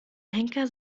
henker